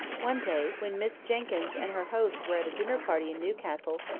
one day, when miss jenkyns and her hosts were at a dinner-party in newcastle,